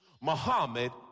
Muhammad